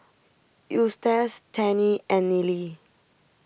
Eustace Tennie and Nealie